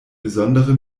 besondere